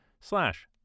slash